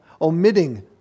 omitting